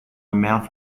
mouth